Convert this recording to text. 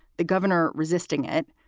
the governor resisting it.